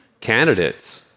candidates